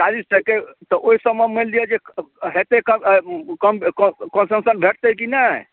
चालीस टके तऽ ओहिसबमे मानि लिअऽ जे हेतै कम कम बे कऽ कॉन्सेशन भेटतै कि नहि